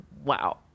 Wow